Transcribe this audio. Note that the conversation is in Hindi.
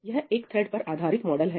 यह एक थ्रेड पर आधारित मॉडल है